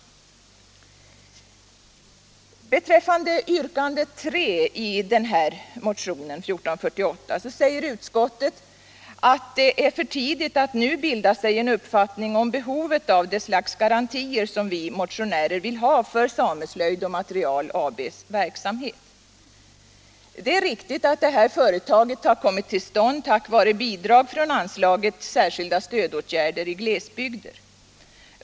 Beträffande vrkandet 3 i motionen 1448 säger utskottet att det är för tidigt att nu bilda sig en uppfattning om behovet av det slags garantier som vi motionärer vill ha för Sameslöjd och Material AB:s verksamhet. Det är riktigt att företaget kommit till stånd tack vare bidrag från anslaget Särskilda stödåtgärder i glesbygder.